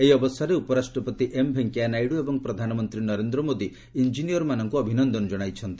ଏହି ଅବସରରେ ଉପରାଷ୍ଟ୍ରପତି ଏମ୍ ଭେଙ୍କିୟା ନାଇଡୁ ଏବଂ ପ୍ରଧାନମନ୍ତ୍ରୀ ନରେନ୍ଦ୍ର ମୋଦି ଇଞ୍ଜିନିୟର୍ମାନଙ୍କୁ ଅଭିନନ୍ଦନ କଣାଇଛନ୍ତି